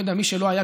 מי שלא היה,